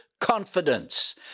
confidence